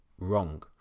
wrong